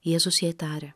jėzus jai tarė